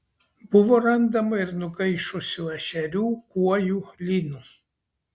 buvo randama ir nugaišusių ešerių kuojų lynų